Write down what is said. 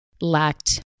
lacked